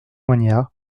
moignard